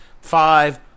five